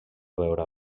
veure